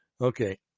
Okay